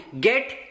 get